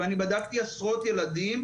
ואני בדקתי עשרות ילדים,